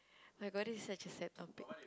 my god this is such a sad topic